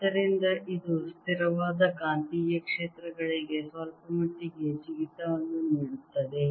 ಆದ್ದರಿಂದ ಇದು ಸ್ಥಿರವಾದ ಕಾಂತೀಯ ಕ್ಷೇತ್ರಗಳಿಗೆ ಸ್ವಲ್ಪಮಟ್ಟಿಗೆ ಜಿಗಿತವನ್ನು ನೀಡಿತು